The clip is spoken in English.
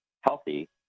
healthy